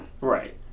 Right